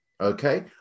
Okay